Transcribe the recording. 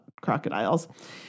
crocodiles